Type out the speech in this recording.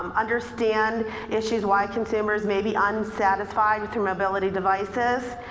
um understand issues, why consumers may be unsatisfied with their mobility devices.